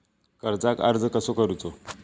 कर्जाक अर्ज कसो करूचो?